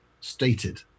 stated